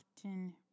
often